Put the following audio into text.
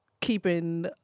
keeping